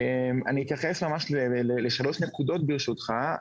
אני אתייחס בשלוש נקודות, ברשותך.